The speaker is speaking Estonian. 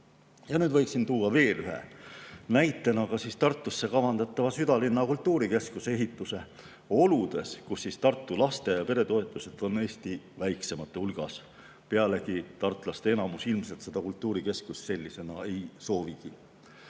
nüüd toon veel ühe näitena ka Tartusse kavandatava südalinna kultuurikeskuse ehituse oludes, kus Tartu laste- ja peretoetused on Eesti väikseimate hulgas. Pealegi, tartlaste enamus ilmselt seda kultuurikeskust sellisena ei soovigi. Jaak